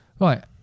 Right